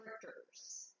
characters